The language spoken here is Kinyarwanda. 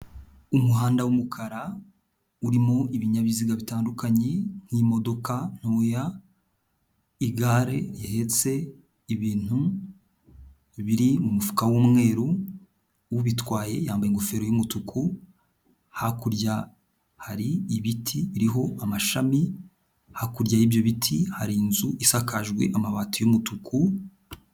Umuhanda w'umukara urimo ibinyabiziga bitandukanye, nk'imodoka ntoya, igare rihetse ibintu biri mu mufuka w'umweru, ubitwaye yambaye ingofero y'umutuku, hakurya hari ibiti biriho amashami, hakurya y'ibyo biti hari inzu isakajwe amabati y'umutuku...